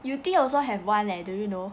yew tee also have [one] leh do you know